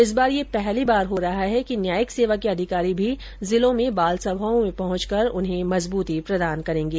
इस बार यह पहली बार हो रहा है कि न्यायिक सेवा के अधिकारी भी जिलों में बालसभाओं में पहुंचकर इन्हें मजबूती प्रदान करेंगे